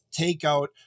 takeout